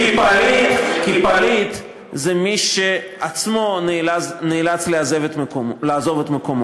כי פליט הוא מי שהוא עצמו נאלץ לעזוב את מקומו.